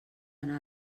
anar